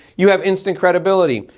you have instant credibility.